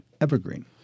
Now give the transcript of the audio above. Evergreen